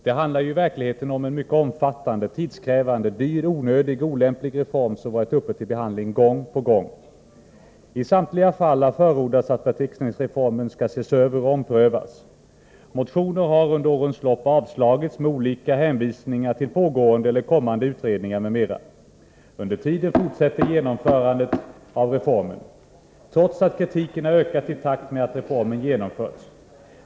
Det handlar ju i verkligheten om en mycket omfattande, tidskrävande, dyr, onödig och olämplig reform som varit uppe till behandling gång på gång. I samtliga fall har det förordats att beteckningsreformen skall ses över och omprövas. Motioner har under årens lopp avslagits med olika hänvisningar till pågående eller kommande utredningar m.m. Under tiden fortsätter genomförandet av reformen, trots att kritiken har ökat i takt med att reformen genomförts.